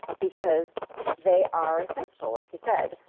because they are essential. like you said,